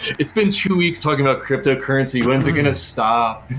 it's been two weeks talking about cryptocurrency, when's it going to stop?